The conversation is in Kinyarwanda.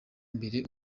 mbere